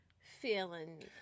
feeling